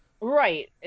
Right